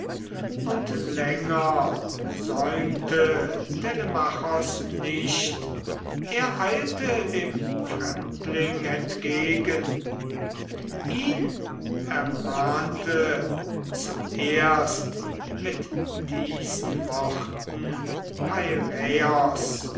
und länger säumte telemachos nicht er eilte dem fremdling entgegen ihn ermahnte zuerst mit diesen worten